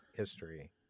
history